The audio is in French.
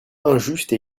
injuste